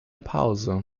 pause